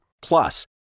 Plus